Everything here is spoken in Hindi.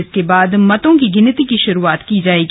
जिसके बाद मतों की गिनती की शुरुआत की जाएगी